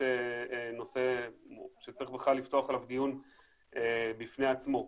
נושא שצריך לפתוח עליו דיון בפני עצמו.